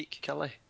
Kelly